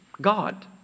God